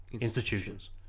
institutions